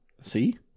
See